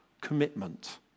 commitment